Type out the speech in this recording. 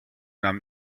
nahm